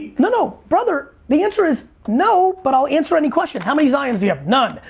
no, no, brother! the answer is no but i'll answer any questions. how many zions do you have? none!